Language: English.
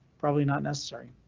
probably not necessary.